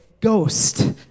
ghost